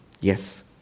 Yes